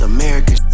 American